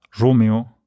Romeo